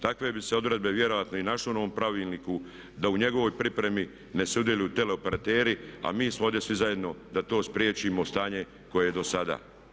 Takve bi se odredbe vjerojatno i našle u novom pravilniku da u njegovoj pripremi ne sudjeluju teleoperateri a mi smo ovdje svi zajedno da to spriječimo stanje koje je dosada.